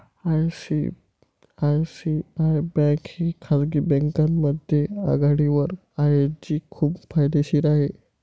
ICICI bank ही खाजगी बँकांमध्ये आघाडीवर आहे जी खूप फायदेशीर आहे